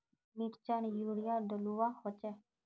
मिर्चान यूरिया डलुआ होचे?